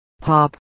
Pop